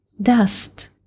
dust